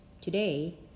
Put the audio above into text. Today